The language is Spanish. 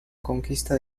conquista